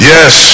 Yes